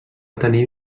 tenir